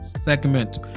segment